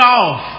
off